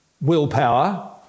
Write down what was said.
willpower